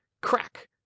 crack